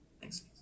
Thanks